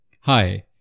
Hi